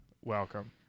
Welcome